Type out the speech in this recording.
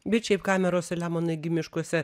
bet šiaip kameros selemonai gi miškuose